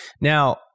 Now